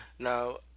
Now